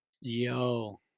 Yo